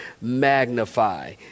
magnify